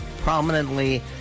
prominently